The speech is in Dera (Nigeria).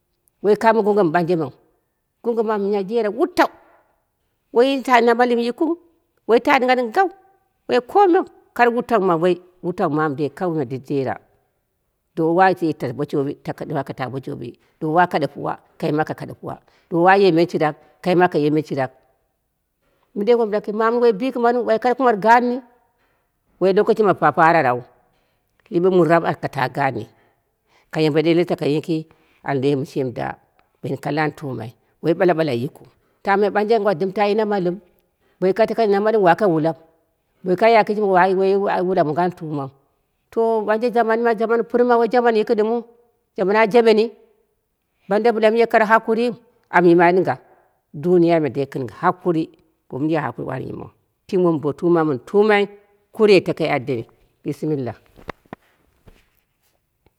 Woi kano gongho mɨ ɓanje men gongho ma miya dera wutau woi ta namalɨm yikɨu woi ta dɨngha ɗɨnghau, woi komei, kare wutak ma woi wutau mamu dei wutan mamu ma dedera, duwowo atato bo shobi kai aka ta bo shoɓi, duwowa a tatobo kade puwa kaima aka kaɗe tawa, duwowa anje me shirak kai ma akaye men shirak, mɨndei wom laki mami woi bikɨmani kare kumat gaani woi lokoshi ma papara rau liɓe muni raap aka ta gaani, ka yambe ɗeɗel ka tako ni yiki, an tumai, woi ɓala ɓala yi kɨuta me ɓanje ai dɨmta yi na nalɨm, bo woi kat taka yi na malɨm wako wulau, bo woi kaiya kɨshimi woi wula mongo an tamau, to ɓanje jamani me jaman mɨ pɨrma woi jaman yiki dɨmɨu, jaman a jaɓeni banda bɨlamu ye kare hakuri am yimai ɗɨngha, duniya me dei gɨn hakuri, bomɨn ya hakurin wani yiman shimi womboruma mɨ mɨn tumai kure takai a deni bishimilla.